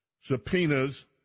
Subpoenas